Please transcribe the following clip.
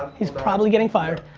he's probably getting fired.